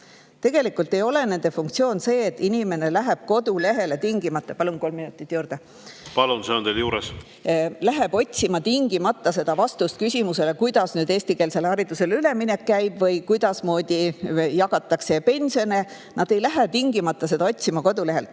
funktsioon. Nende funktsioon ei ole see, et inimene läheb kodulehele tingimata … Palun kolm minutit juurde. Palun, see on teil juures! … otsima vastust küsimusele, kuidas nüüd eestikeelsele haridusele üleminek käib või kuidasmoodi jagatakse pensione. Nad ei lähe tingimata seda otsima kodulehelt.